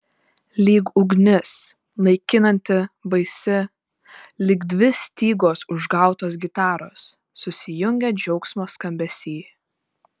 lyg ugnis naikinanti baisi lyg dvi stygos užgautos gitaros susijungę džiaugsmo skambesy